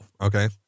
okay